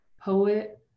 poet